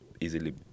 easily